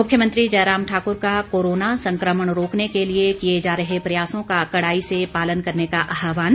मुख्यमंत्री जयराम ठाक्र का कोरोना संकमण रोकने के लिए किए जा रहे प्रयासों का कड़ाई से पालन करने का आहवान